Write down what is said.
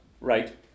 right